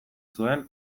zuen